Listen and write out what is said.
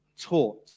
taught